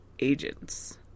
agents